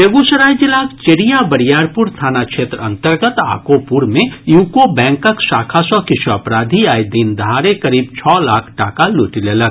बेगूसराय जिलाक चेरिया बरियारपुर थाना क्षेत्र अन्तर्गत आकोपुर मे यूको बैंकक शाखा सँ किछु अपराधी आइ दिन दहाड़े करीब छओ लाख टाका लूटि लेलक